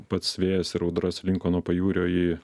pats vėjas ir audra slinko nuo pajūrio į